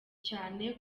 cyane